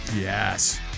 yes